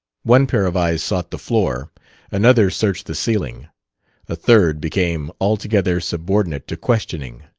one pair of eyes sought the floor another searched the ceiling a third became altogether subordinate to questioning,